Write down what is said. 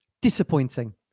disappointing